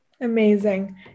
Amazing